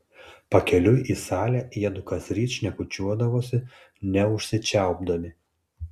pakeliui į salę jiedu kasryt šnekučiuodavosi neužsičiaupdami